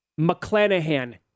McClanahan